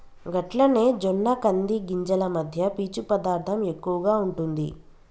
గట్లనే జొన్న కంది గింజలు మధ్య పీచు పదార్థం ఎక్కువగా ఉంటుంది